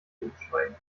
umsteigen